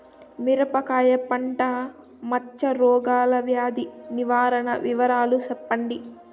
మిరపకాయ పంట మచ్చ రోగాల వ్యాధి నివారణ వివరాలు చెప్పండి?